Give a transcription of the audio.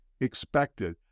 expected